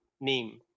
name